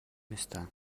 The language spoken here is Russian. места